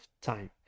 time